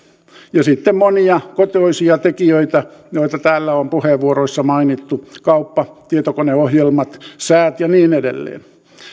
ja sitten monia kotoisia tekijöitä joita täällä on puheenvuoroissa mainittu kauppa tietokoneohjelmat säät ja niin edelleen